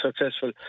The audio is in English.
successful